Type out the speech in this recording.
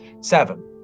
Seven